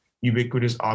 ubiquitous